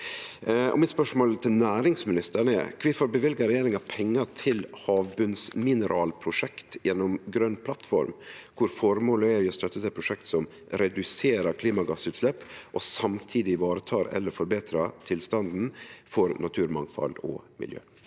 irreversibel endring av havbunnen. Hvorfor bevilger regjeringen penger til havbunnsmineralprosjekter gjennom Grønn plattform, hvor formålet er å gi støtte til prosjekter som reduserer klimagassutslipp og samtidig ivaretar eller forbedrer tilstanden for naturmangfold og miljø?»